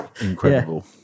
incredible